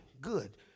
Good